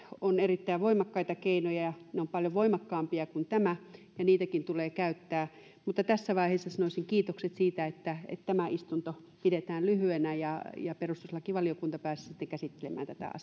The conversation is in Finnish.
ovat erittäin voimakkaita keinoja ne ovat paljon voimakkaampia kuin tämä ja niitäkin tulee käyttää mutta tässä vaiheessa sanoisin kiitokset siitä että tämä istunto pidetään lyhyenä ja perustuslakivaliokunta pääsee sitten käsittelemään tätä